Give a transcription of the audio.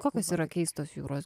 kokios yra keistos jūros